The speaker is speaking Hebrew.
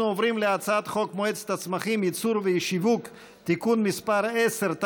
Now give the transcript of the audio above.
אנחנו עוברים להצעת חוק מועצת הצמחים (ייצור ושיווק) (תיקון מס' 10),